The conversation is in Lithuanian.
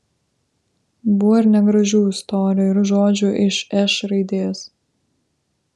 buvo ir negražių istorijų ir žodžių iš š raidės